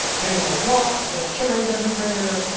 they don't walk. they're carried everywhere.